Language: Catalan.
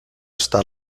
estat